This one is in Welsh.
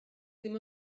ddim